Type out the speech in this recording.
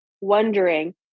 wondering